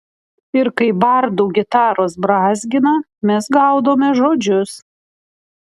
ir kai bardų gitaros brązgina mes gaudome žodžius